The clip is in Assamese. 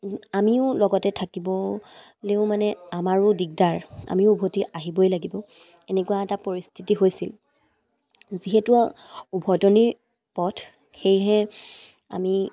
আমিও লগতে থাকিবলৈয়ো মানে আমাৰো দিগদাৰ আমিও উভতি আহিবই লাগিব এনেকুৱা এটা পৰিস্থিতি হৈছিল যিহেতু উভটনিৰ পথ সেয়েহে আমি